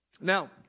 Now